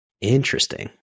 Interesting